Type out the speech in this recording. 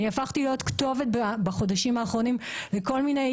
הפכתי להיות כתובת בחודשים האחרונים לכל מיני